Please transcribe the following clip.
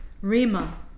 Rima